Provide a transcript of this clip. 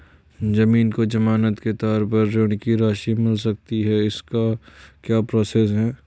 ज़मीन को ज़मानत के तौर पर ऋण की राशि मिल सकती है इसकी क्या प्रोसेस है?